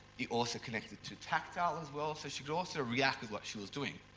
it also connected to tactile as well, so she could also react with what she was doing.